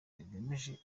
bigamije